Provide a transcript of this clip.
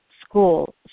school